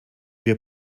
wir